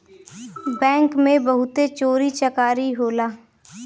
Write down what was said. bank में बहुते चोरी चकारी होला